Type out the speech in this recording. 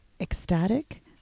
ecstatic